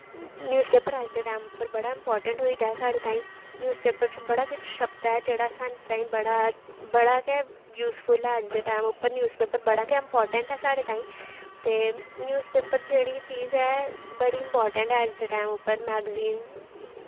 news paper अज्ज दे time उप्पर बड़ा इम्पार्टेंट होई दा ऐ साढ़े तांहीं न्यूज़ पेपर च बड़ा किश छपदा ऐ जेह्ड़ा साढ़े तांहीं बड़ा बड़ा गै यूसफुल ऐ अज्ज दे टैम उप्पर न्यूज़ पेपर बड़ा गै इम्पार्टेंट ऐ साढ़े तांहीं ते न्यूज़ पेपर जेह्ड़ी चीज़ ऐ बड़ी इम्पार्टेंट ऐ अज्ज दे टैम उप्पर मैगजीन